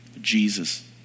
Jesus